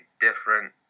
different